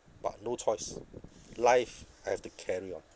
but no choice life I have to carry on `